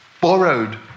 borrowed